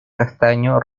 castaño